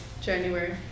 January